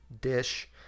dish